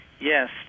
Yes